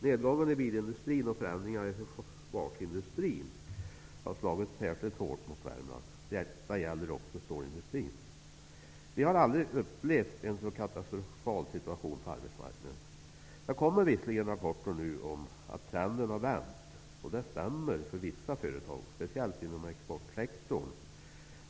Nedgången i bilindustrin och förändringar i försvarsindustrin har slagit särskilt hårt mot Värmland. Detta gäller också stålindustrin i länet. Vi har aldrig upplevt en så katastrofal situation på arbetsmarknaden. Det kommer visserligen rapporter om att trenden har vänt. Det stämmer för vissa företag, speciellt inom exportsektorn.